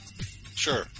Sure